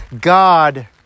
God